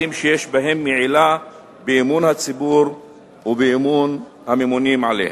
שיש בהם מעילה באמון הציבור ובאמון הממונים עליהם.